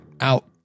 out